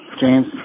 James